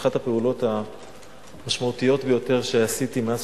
שאחת הפעולות המשמעותיות ביותר שעשיתי מאז